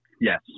Yes